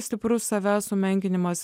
stiprus savęs sumenkinimas